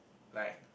like